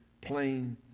plain